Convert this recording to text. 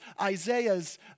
Isaiah's